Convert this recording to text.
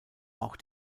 auch